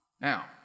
Now